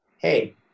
hey